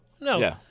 no